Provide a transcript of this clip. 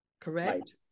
correct